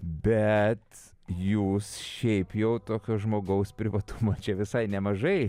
bet jūs šiaip jau tokio žmogaus privatumo čia visai nemažai